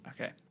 Okay